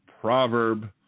proverb